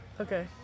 Okay